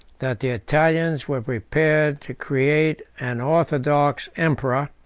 that the italians were prepared to create an orthodox emperor,